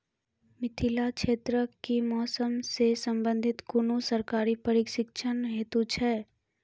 मिथिला क्षेत्रक कि मौसम से संबंधित कुनू सरकारी प्रशिक्षण हेतु छै?